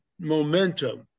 momentum